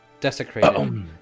desecrated